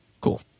Cool